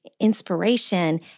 inspiration